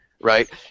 right